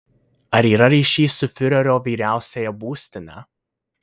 ar yra ryšys su fiurerio vyriausiąja būstine